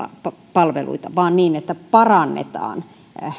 palveluita vaan niin että parannetaan